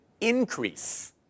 increase